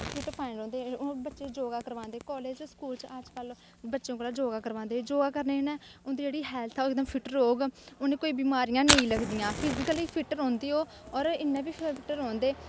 fit fine रौंह्दे बच्चे योगा करवांदे स्कूल च कालेज़ च अज्ज कल बच्चें कोलादा योगा करवांदे योगा करनें कन्नै उंदी जेह्ड़ी हैल्थ ऐ ओह् फिट रौह्ग उनें कोई बमारियां नेंई लगदियां फिजीकली फिट्ट रौंह्दे ओह् और इयां बी फिट्ट रौंह्दे